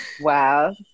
Wow